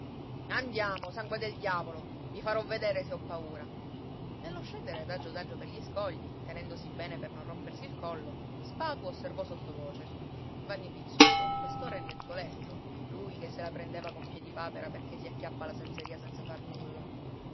andiamo sangue del diavolo i farò vedere se ho paura nello scendere adagio adagio per gli scogli tenendosi bene per non rompersi il collo spatu osservò sottovoce vanni pizzuto a quest'ora è nel suo letto lui che se la prendeva con piedipapera perché si acchiappa la senseria senza far nulla